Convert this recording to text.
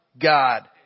God